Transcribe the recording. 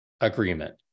agreement